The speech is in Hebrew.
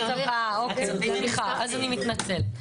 סליחה, אז אני מתנצלת.